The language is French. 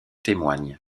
témoignent